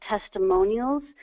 testimonials